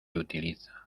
utiliza